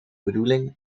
bedoeling